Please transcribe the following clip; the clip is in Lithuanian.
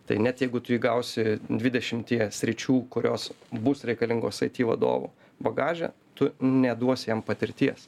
tai net jeigu tu įgausi dvidešimtyje sričių kurios bus reikalingos aiti vadovų bagaže tu neduosi jam patirties